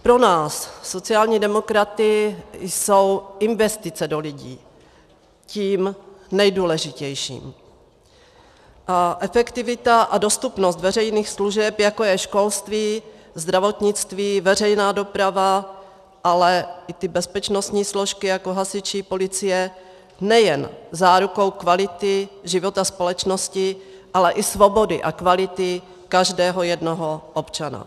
Pro nás, sociální demokraty, jsou investice do lidí tím nejdůležitějším a efektivita a dostupnost veřejných služeb, jako je školství, zdravotnictví, veřejná doprava, ale i ty bezpečnostní složky, jako hasiči, policie, nejen zárukou kvality života společnosti, ale i svobody a kvality každého jednoho občana.